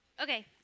okay